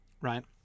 right